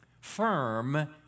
firm